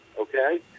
okay